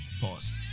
Pause